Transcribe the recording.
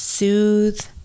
Soothe